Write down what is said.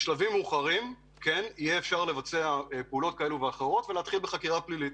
בשלבים מאוחרים אפשר יהיה לבצע פעולות שיובילו לפתיחת חקירה פלילית.